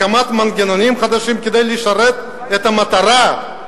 הקמת מנגנונים חדשים כדי לשרת את" המטרה,